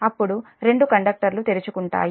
అప్పుడు 2 కండక్టర్లు తెరుచుకుంటాయి